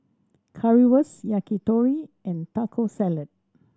Currywurst Yakitori and Taco Salad